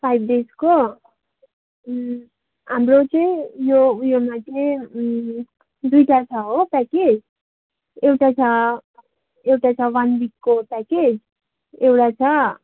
five डेजको हाम्रो चाहिँ यो उयोमा चाहिँ दुइवटा छ हो प्याकेज एउटा छ एउटा छ वान विकको प्याकेज एउटा छ